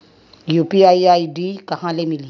UPI ID कहां ले मिलही?